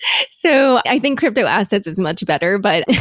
so i think crypto-assets is much better, but